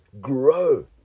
grow